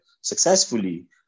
successfully